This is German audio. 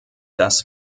dass